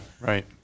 right